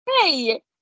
Hey